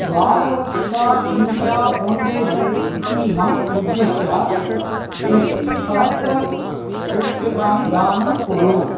Balraksha India foundation इतीमम् उद्दिश्य षष्टीसहस्ररूप्यकाणि दानङ्कुरु